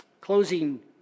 Closing